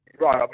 right